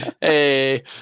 hey